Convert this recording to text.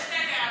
זה בסדר,